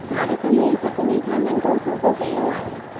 भारत में सभिनी खां नंढो सूबो कहिड़ो आहे